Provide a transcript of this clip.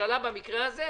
הממשלה במקרה הזה,